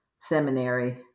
seminary